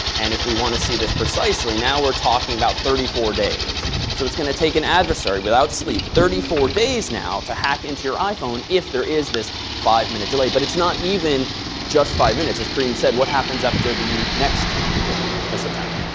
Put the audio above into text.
and if we want to see this precisely, now we're talking about thirty four days. so it's going to take an adversary, without sleep, thirty four days now to hack into your iphone, if there is this five minute delay. but it's not even just five minutes. as kareem said, what happens after the next audience